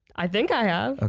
i think i ah ah